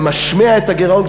למשמֵע את הגירעון,